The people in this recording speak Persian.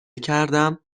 کردم